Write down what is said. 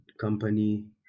company